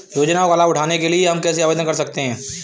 योजनाओं का लाभ उठाने के लिए हम कैसे आवेदन कर सकते हैं?